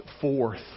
forth